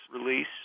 release